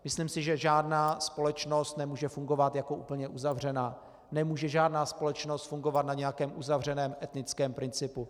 Myslím si, že žádná společnost nemůže fungovat jako úplně uzavřená, nemůže žádná společnost fungovat na nějakém uzavřeném etnickém principu.